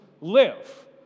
live